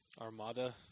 Armada